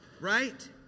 Right